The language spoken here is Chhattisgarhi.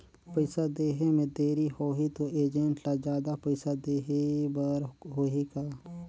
पइसा देहे मे देरी होही तो एजेंट ला जादा पइसा देही बर होही का?